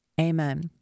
Amen